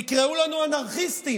תקראו לנו אנרכיסטים,